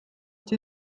die